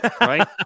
Right